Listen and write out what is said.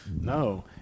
No